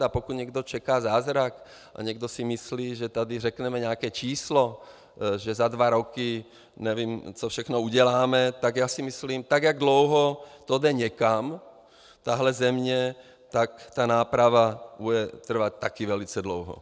A pokud někdo čeká zázrak a někdo si myslí, že tady řekneme nějaké číslo, že za dva roky nevím co všechno uděláme, tak si myslím, že tak jak dlouho to jde někam, tahle země, tak ta náprava bude trvat taky velice dlouho.